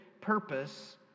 purpose